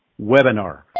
webinar